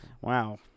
Wow